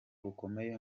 bukomeye